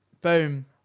Boom